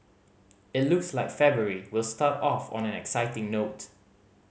it looks like February will start off on an exciting note